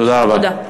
תודה.